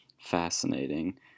fascinating